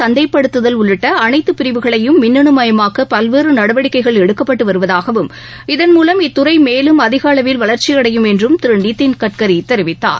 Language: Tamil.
சந்தைப்படுத்துதல் உள்ளிட்ட அனைத்து பிரிவுகளையும் மின்னனு மயமாக்க பல்வேறு நடவடிக்கைகள் எடுக்கப்பட்டு வருவதாகவும் இதன் மூலம் இத்துறை மேலும் அதிக அளவில் வளர்ச்சி அடையும் என்றும் திரு நிதின்கட்கிரி தெரிவித்தார்